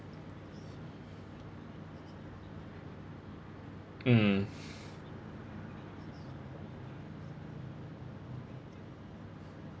mm